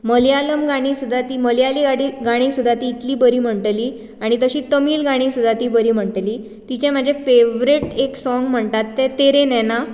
मळयालम गाणी सुद्दां ती मळयाली गाणी सुद्दां ती इतली बरी म्हणटली आनी तशी तामिळ गाणी सुद्दां ती बरी म्हणटली तिचें म्हाजे फेवरेट एक साँग म्हणटा तें तेरे नैना